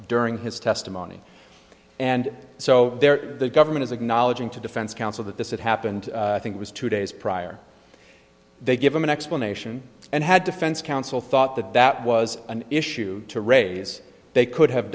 during his testimony and so there the government is acknowledging to defense counsel that this had happened i think it was two days prior they give them an explanation and had defense counsel thought that that was an issue to raise they could have